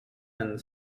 and